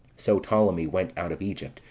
so ptolemee went out of egypt,